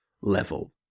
level